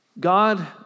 God